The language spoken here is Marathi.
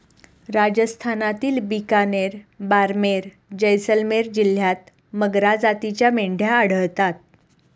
राजस्थानातील बिकानेर, बारमेर, जैसलमेर जिल्ह्यांत मगरा जातीच्या मेंढ्या आढळतात